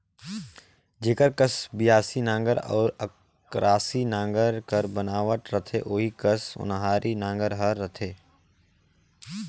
जेकर कस बियासी नांगर अउ अकरासी नागर कर बनावट रहथे ओही कस ओन्हारी नागर हर रहथे